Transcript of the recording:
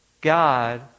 God